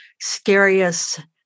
scariest